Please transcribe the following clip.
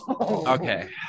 okay